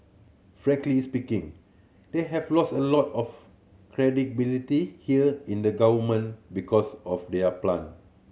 Frank is speaking they have lost a lot of credibility here in the government because of there plant